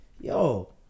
yo